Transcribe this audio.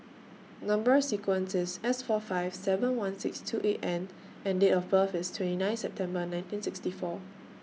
Number sequence IS S four five seven one six two eight N and Date of birth IS twenty nine September nineteen sixty four